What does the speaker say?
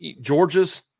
Georgia's